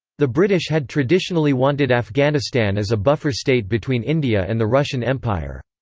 the british had traditionally wanted afghanistan as a buffer state between india and the russian empire.